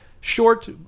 short